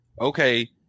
okay